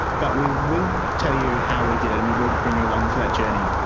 but we will tell you how we did it and we will bring you along for that journey.